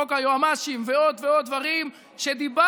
חוק היועמ"שים ועוד ועוד דברים שדיברנו